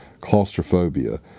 claustrophobia